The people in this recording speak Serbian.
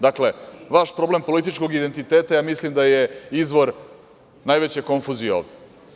Dakle, vaš problem političkog identiteta, ja mislim da je izvor najveće konfuzije ovde.